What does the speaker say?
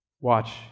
Watch